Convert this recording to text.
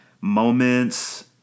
moments